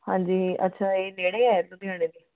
ਹਾਂਜੀ ਅੱਛਾ ਇਹ ਨੇੜੇ ਹੈ ਲੁਧਿਆਣੇ ਦੇ